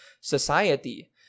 society